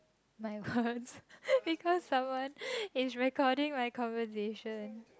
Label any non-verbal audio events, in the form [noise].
my words [laughs] because someone is recording my conversation